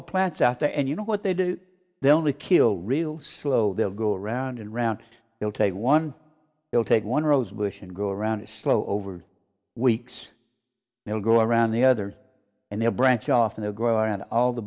the plants out there and you know what they do they only kill real slow they'll go round and round they'll take one they'll take one rosebush and go around a slow over weeks they'll go around the other and they're branch off and they'll grow around all the